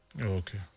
Okay